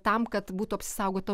tam kad būtų apsisaugota